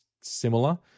similar